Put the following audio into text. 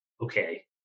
Okay